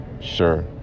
sure